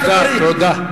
תודה.